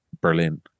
Berlin